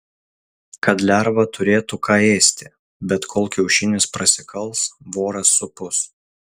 kad lerva turėtų ką ėsti bet kol kiaušinis prasikals voras supus